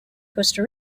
costa